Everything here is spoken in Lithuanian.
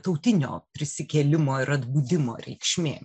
tautinio prisikėlimo ir atbudimo reikšmė